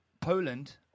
Poland